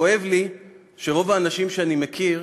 כואב לי שרוב האנשים שאני מכיר